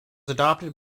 adopted